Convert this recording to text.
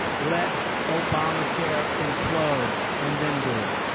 let obamacare implode. and then do it.